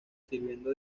sirviendo